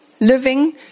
Living